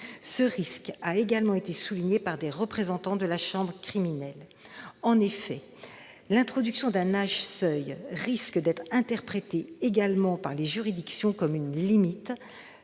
Ce risque a également été souligné par des représentants de la chambre criminelle. L'introduction d'un « âge seuil » risque également d'être interprétée par les juridictions comme une limite,